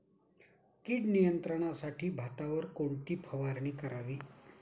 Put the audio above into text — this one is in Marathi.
कीड नियंत्रणासाठी भातावर कोणती फवारणी करावी?